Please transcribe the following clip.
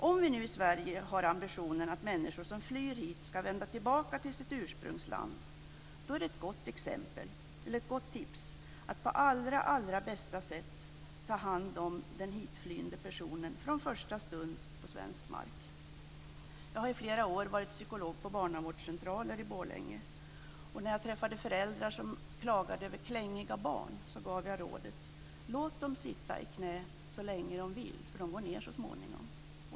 Om vi nu i Sverige har ambitionen att människor som flyr hit ska vända tillbaka till sitt ursprungsland så är ett gott tips att på allra, allra bästa sätt ta hand om den hitflyende personen från första stund på svensk mark. Jag har i flera år varit psykolog på barnavårdscentraler i Borlänge. När jag träffade föräldrar som klagade över klängiga barn gav jag rådet: Låt dem sitta i knä så länge de vill, för de går ned så småningom.